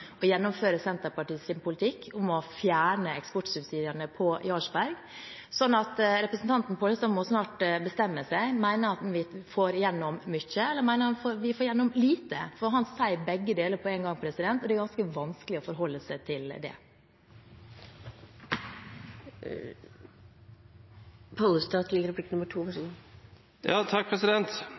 gjennomføre Senterpartiets politikk om å fjerne eksportsubsidiene på Jarlsberg. Så representanten Pollestad må snart bestemme seg: Mener han at vi får igjennom mye, eller mener han at vi får igjennom lite? For han sier begge deler på en gang, og det er ganske vanskelig å forholde seg til. Det